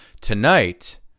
Tonight